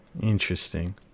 Interesting